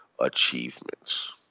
achievements